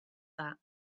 that